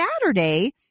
Saturday